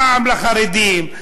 פעם לחרדים,